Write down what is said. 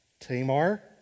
Tamar